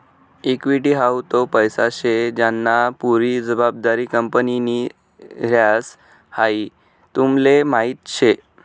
equity हाऊ तो पैसा शे ज्यानी पुरी जबाबदारी कंपनीनि ह्रास, हाई तुमले माहीत शे